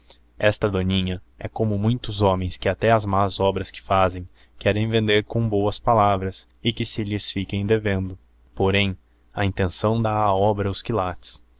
esta douiaha he como muitos homens que até as más obras que fazem querem veutler com boas palavras e que se lhes fiquem devendo porém a intenção dá á obra os quilates